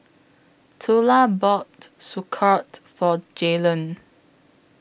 Tula bought Sauerkraut For Jaylan